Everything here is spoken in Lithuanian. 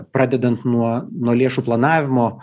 pradedant nuo nuo lėšų planavimo